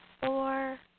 Four